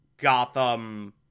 Gotham